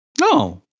No